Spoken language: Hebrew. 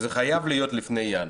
זה חייב להיות לפני ינואר.